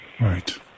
Right